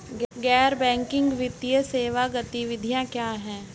गैर बैंकिंग वित्तीय सेवा गतिविधियाँ क्या हैं?